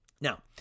Now